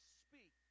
speak